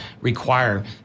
require